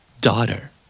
Daughter